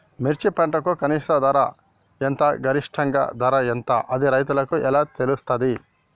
మిర్చి పంటకు కనీస ధర ఎంత గరిష్టంగా ధర ఎంత అది రైతులకు ఎలా తెలుస్తది?